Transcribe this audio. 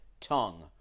tongue